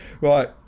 Right